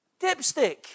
Dipstick